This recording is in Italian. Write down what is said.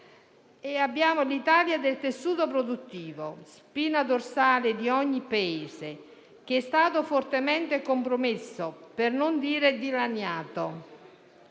è poi l'Italia del tessuto produttivo, spina dorsale di ogni Paese, che è stato fortemente compromesso, per non dire dilaniato.